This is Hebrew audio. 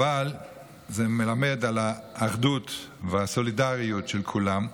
אלא זה מלמד על האחדות והסולידריות של כולם.